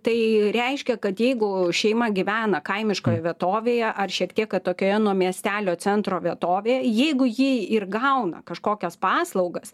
tai reiškia kad jeigu šeima gyvena kaimiškoj vietovėje ar šiek tiek atokioje nuo miestelio centro vietovėje jeigu jie ir gauna kažkokias paslaugas